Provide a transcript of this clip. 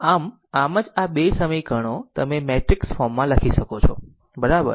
આમ આમ જ આ 2 સમીકરણો તમે મેટ્રિક્સ ફોર્મમાં લખી શકો છો બરાબર